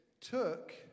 took